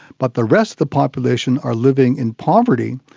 but the rest of the population are living in poverty,